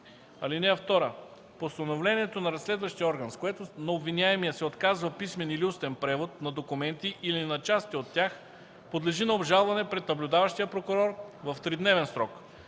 защита. (2) Постановлението на разследващия орган, с което на обвиняемия се отказва писмен или устен превод на документи или на части от тях, подлежи на обжалване пред наблюдаващия прокурор в тридневен срок.